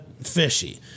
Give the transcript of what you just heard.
Fishy